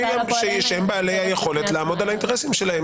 שהם בעלי היכולת לעמוד על האינטרסים שלהם,